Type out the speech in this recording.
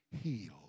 healed